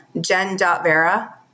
Jen.vera